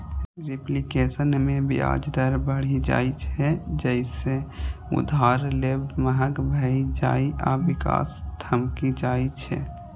reflation मे ब्याज दर बढ़ि जाइ छै, जइसे उधार लेब महग भए जाइ आ विकास ठमकि जाइ छै